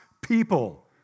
people